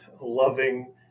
loving